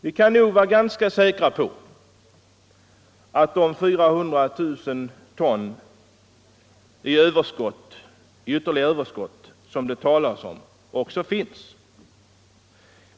Vi kan nog vara ganska säkra på att de 400 000 ton i ytterligare överskott Nr 142 som det talas om också finns.